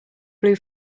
blue